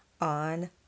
on